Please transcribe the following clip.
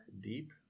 Deep